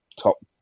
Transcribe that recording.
top